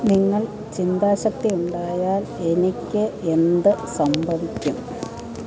നിങ്ങൾ ചിന്താശക്തിയുണ്ടായാൽ എനിക്ക് എന്ത് സംഭവിക്കും